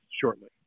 shortly